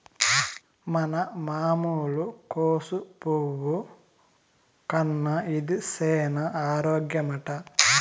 మన మామూలు కోసు పువ్వు కన్నా ఇది సేన ఆరోగ్యమట